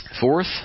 Fourth